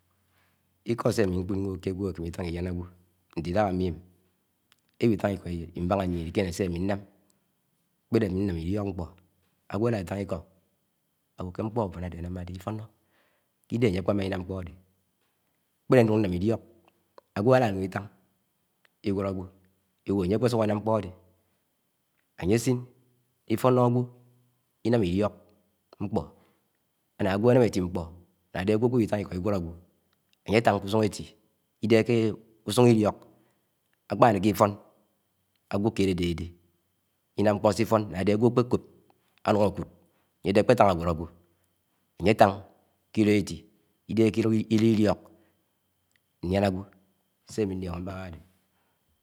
Íko̱ sé ám̱i̱ ńkúḍ ṃṃé ké ágẃo ákėṃe. itan ilịán, agwo. nte Idaha amiem, eẉi itaṇ Iko̱ Íbáhá mién ikéṇé śe. ami, nnám ḱpéde, ámi, ṇnám Iliók, ṇkṕó, ágwo álá átaṉ Ikọ awọ ké mkpọ úfán. ade áṉámá dé Ifo̱no̱. Ke Idehe anye. ape̱ṃa ina̱m ṇḱpo áde Ṉkṕedé nún ńńam iliók, ágẃo álá n̄ún. Itang agwo aẃo anye akpesuk anam. nkpo ade? ayesin, ifono agwo inam. iliok ṉkṕọ áná ágẃọ aṉáṃ eti-ṇkpọ náda. ágẃọ akpewi Itaṉ Íkọ igwọd ágẃọ, ayetan, ke usun, eti, idehe ke usun. iliók, ákpánéke ífon agwo ked ade, áde Ináṃ ṇkpọ sé ifọṉ, ńá áde agẃọ. akpe-kọp aṉuṉ ákúd, áṉye ádé. akpẹtan agúod agwọ anye atan ke. ilo eti Idehe, ke ilo iliok nlion, cigwo̱ nse aṃi ṉlo̱ho̱ mbáhá ádédé